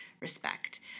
respect